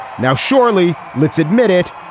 now, surely, let's admit it.